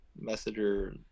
messenger